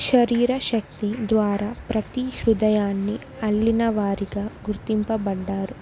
శరీర శక్తి ద్వారా ప్రతి హృదయాన్ని అల్లిన వారిగా గుర్తింపబడ్డారు